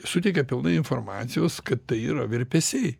suteikia pilnai informacijos kad tai yra virpesiai